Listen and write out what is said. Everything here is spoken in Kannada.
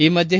ಈ ಮಧ್ಯೆ